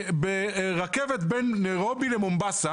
ברכבת בין ניירובי למומבסה